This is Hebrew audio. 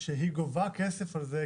שהיא גובה כסף על זה,